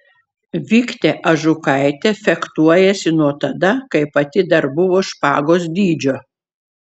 viktė ažukaitė fechtuojasi nuo tada kai pati dar buvo špagos dydžio